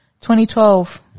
2012